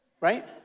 Right